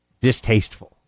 distasteful